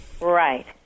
Right